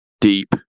deep